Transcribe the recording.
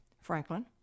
Franklin